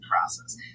process